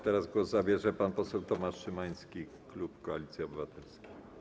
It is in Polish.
Teraz głos zabierze pan poseł Tomasz Szymański, klub Koalicja Obywatelska.